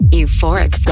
Euphoric